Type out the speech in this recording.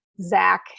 Zach